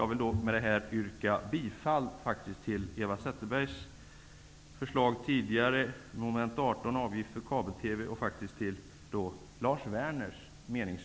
Jag vill med detta faktiskt yrka bifall till Lars